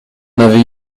avez